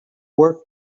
work